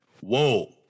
Whoa